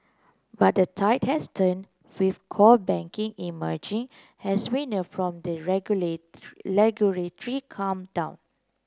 but the tide has turned with core banking emerging as winner from the regular regulatory clampdown